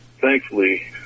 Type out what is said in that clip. thankfully